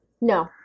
No